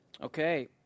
okay